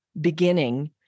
beginning